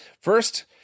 First